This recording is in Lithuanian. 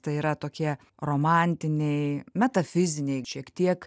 tai yra tokie romantiniai metafiziniai šiek tiek